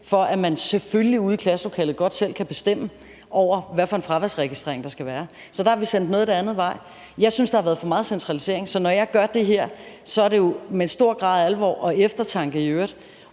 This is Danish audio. for at man selvfølgelig ude i klasselokalet godt selv kan bestemme, hvilken fraværsregistrering der skal være. Så der har vi sendt noget den anden vej. Jeg synes, at der har været for meget centralisering, så når jeg gør det her, er det jo med en stor grad af alvor og i øvrigt